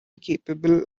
capable